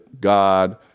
God